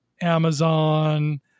Amazon